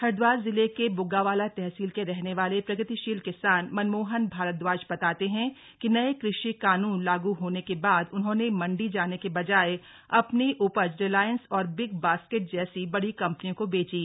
हरिद्वार जिले के ब्ग्गावाला तहसील के रहने वाले प्रगतिशील किसान मनमोहन भारदवाज बताते हैं कि नये कृषि कानून लागू होने के बाद उन्होंने मंडी जाने के बजाय अपनी उपज रिलायंस और बिग बास्केट जैसी बड़ी कंपनियों को बेची